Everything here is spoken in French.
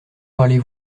parlez